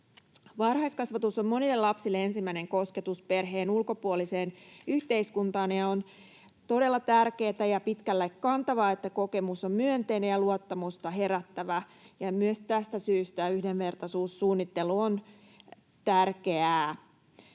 Varhaiskasvatus on monille lapsille ensimmäinen kosketus perheen ulkopuoliseen yhteiskuntaan, ja on todella tärkeätä ja pitkälle kantavaa, että kokemus on myönteinen ja luottamusta herättävä. Myös tästä syystä yhdenvertaisuussuunnittelu on tärkeää.